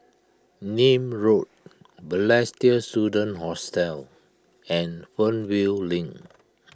Nim Road Balestier Student Hostel and Fernvale Link